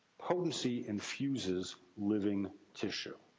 potency infuses living tissue.